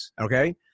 Okay